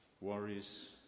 worries